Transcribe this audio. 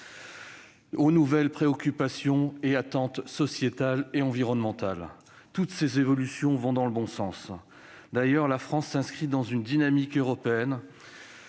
aux nouvelles préoccupations et attentes sociétales et environnementales. Toutes ces évolutions vont dans le bon sens. À cet égard, la France s'inscrit dans une dynamique européenne